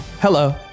hello